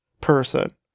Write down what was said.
person